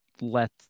let